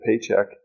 paycheck